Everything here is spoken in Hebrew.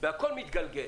והכול מתגלגל.